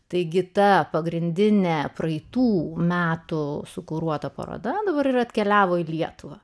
taigi tą pagrindinę praeitų metų su kuruota paroda dabar ir atkeliavo į lietuvą